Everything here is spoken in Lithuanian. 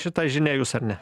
šita žinia jus ar ne